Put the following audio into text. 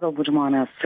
galbūt žmonės